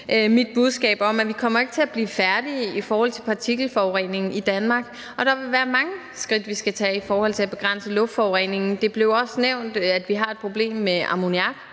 mit budskab også igen, at vi ikke kommer til at blive færdige i forhold til partikelforureningen i Danmark; der vil være mange skridt, vi skal tage i forhold til at begrænse luftforureningen. Det blev også nævnt, at vi har et problem med ammoniak,